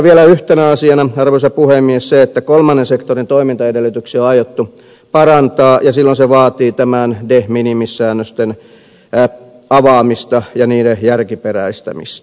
vielä yhtenä asiana se arvoisa puhemies että kolmannen sektorin toimintaedellytyksiä on aiottu parantaa ja silloin se vaatii näiden de minimis säännösten avaamista ja niiden järkiperäistämistä